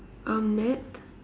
um net